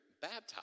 baptized